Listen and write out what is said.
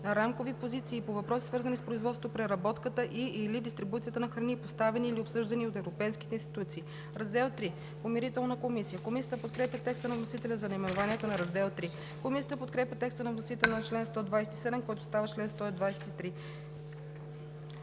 на рамкови позиции и по въпроси, свързани с производството, преработката и/или дистрибуцията на храни, поставени или обсъждани от европейските институции.“ „Раздел III – Помирителна комисия“. Комисията подкрепя текста на вносителя за наименованието на раздел III. Комисията подкрепя текста на вносителя за чл. 127, който става чл. 123.